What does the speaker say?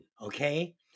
okay